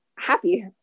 happy